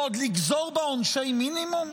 ועוד לגזור בה עונשי מינימום?